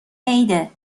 عیده